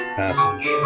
passage